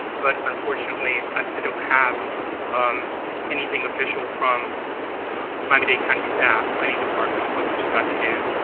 but unfortunately, i don't have um anything official from miami-dade county staff, planning department, with respect to